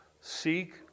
Seek